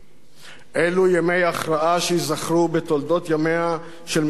אלו ימי הכרעה שייזכרו בתולדות ימיה של מדינת ישראל.